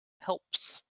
helps